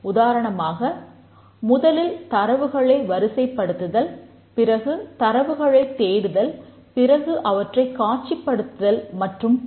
உதாரணமாக முதலில் தரவுகளை வரிசைப்படுத்துதல் பிறகு தரவுகளைத் தேடுதல் பிறகு அவற்றை காட்சிப்படுத்துதல் மற்றும் பல